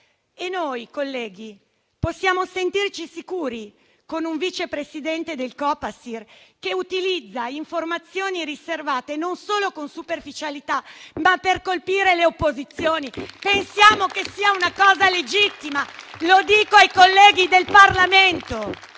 E noi, colleghi, possiamo sentirci sicuri con un Vice Presidente del Copasir che utilizza informazioni riservate non solo con superficialità, ma per colpire le opposizioni? Pensiamo che sia una cosa legittima? Lo dico ai colleghi del Parlamento.